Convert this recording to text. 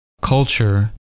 culture